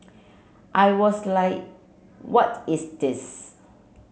I was like what is this